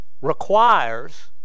requires